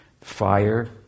Fire